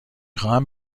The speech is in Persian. خواهم